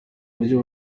buryo